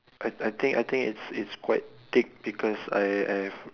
I I think I think it's it's quite thick because I I have